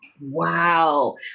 wow